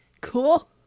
Cool